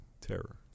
terror